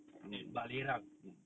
near barelang